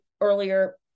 earlier